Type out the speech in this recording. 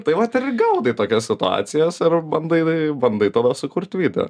tai vat ir gaudai tokias situacijas ir bandai bandai tada sukurt video